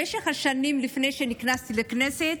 במשך השנים, לפני שנכנסתי לכנסת,